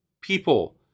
people